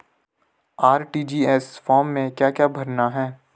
RTGS form में क्या क्या भरना है?